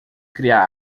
criar